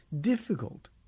difficult